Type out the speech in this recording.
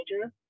major